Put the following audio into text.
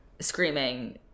screaming